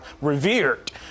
revered